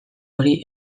hori